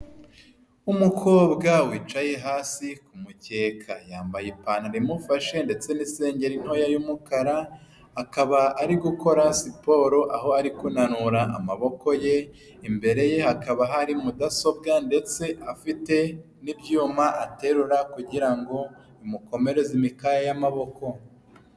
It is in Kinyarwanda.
Umukobwa wicaye hasi ku mukeka, yambaye ipantaro imufashe ndetse n'isengeri ntoya y'umukara, akaba ari gukora siporo aho ari kunanura amaboko ye, imbere ye hakaba hari mudasobwa ndetse afite n'ibyuma aterura, kugira ngo bimukomereze imikaya y'amaboko.